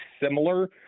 similar